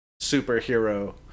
superhero